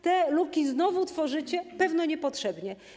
Te luki znowu tworzycie, pewno niepotrzebnie.